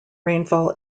rainfall